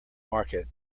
market